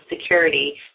security